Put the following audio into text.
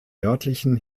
nördlichen